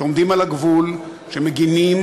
שעומדים על הגבול ומגינים,